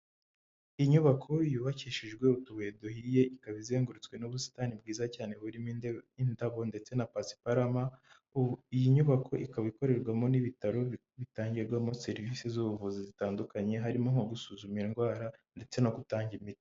Inyubako yubakishijwe utubuye duhiye ikaba izengurutswe n'ubusitani bwiza cyane buririmo indabo ndetse na pasiparama, iyi nyubako ikaba ikorerwamo n'ibitaro bitangirwamo serivisi z'ubuvuzi zitandukanye harimo; nko gusuzuma indwara ndetse no gutanga imiti.